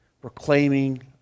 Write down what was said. proclaiming